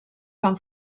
van